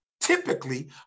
typically